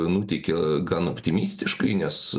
nuteikia gan optimistiškai nes